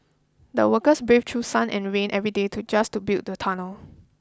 the workers braved through sun and rain every day to just to build the tunnel